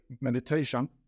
meditation